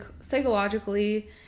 psychologically